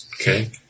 Okay